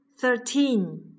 thirteen